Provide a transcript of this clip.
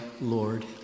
Lord